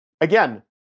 Again